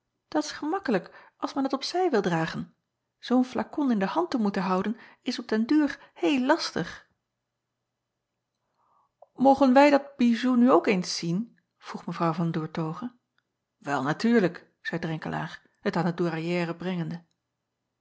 dat s gemakkelijk als men t op zij wil dragen zoo n flakon in de hand te moeten houden is op den duur heel lastig ogen wij dat bijou nu ook eens zien vroeg w an oertoghe el natuurlijk zeî renkelaer het aan de ouairière brengende